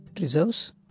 reserves